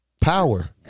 Power